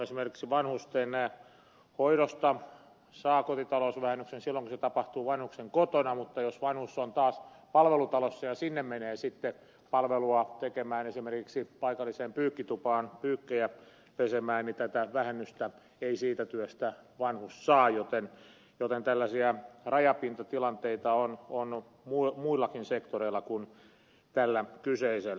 esimerkiksi vanhustenhoidosta saa kotitalousvähennyksen silloin kun se tapahtuu vanhuksen kotona mutta jos vanhus taas on palvelutalossa ja sinne mennään sitten palvelua tekemään esimerkiksi paikalliseen pyykkitupaan pyykkejä pesemään niin tätä vähennystä ei siitä työstä vanhus saa joten tällaisia rajapintatilanteita on muillakin sektoreilla kuin tällä kyseisellä